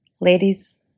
Ladies